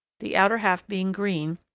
the outer half being green,